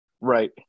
Right